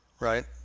Right